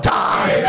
die